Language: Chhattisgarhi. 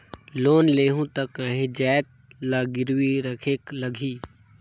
लोन लेहूं ता काहीं जाएत ला गिरवी रखेक लगही?